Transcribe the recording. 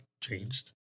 changed